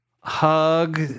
hug